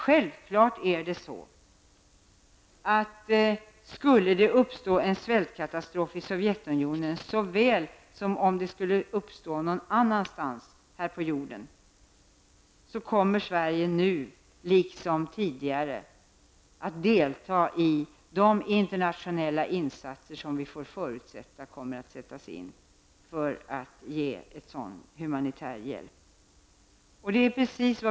Självfallet kommer Sverige, i händelse av en svältkatastrof i Sovjetunionen eller någon annanstans här på jorden, nu -- liksom tidigare varit fallet -- att delta i arbetet med de internationella insatser som vi får förutsätta kommer att göras i syfte att ge humanitär hjälp.